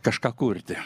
kažką kurti